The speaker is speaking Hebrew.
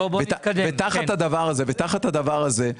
תחת הדבר הזה,